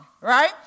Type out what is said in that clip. right